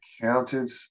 counted